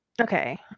Okay